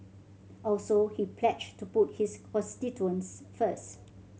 also he pledged to put his constituents first